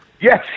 yes